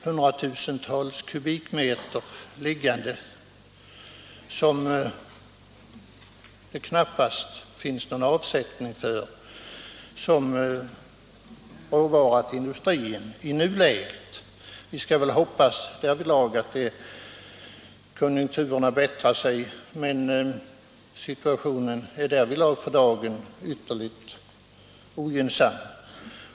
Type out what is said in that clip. Hundratusentals kubikmeter finns liggande som det knappast går att få avsättning för som råvara till industrin. Vi skall väl hoppas att konjunkturerna bättrar sig, men för dagen är situationen ytterligt ogynnsam.